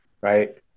right